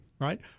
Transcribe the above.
Right